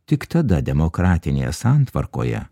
tik tada demokratinėje santvarkoje